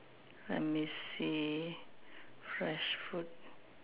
let me see fresh fruit